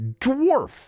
dwarf